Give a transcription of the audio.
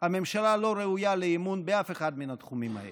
הממשלה לא ראויה לאמון באף אחד מן התחומים האלה.